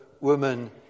woman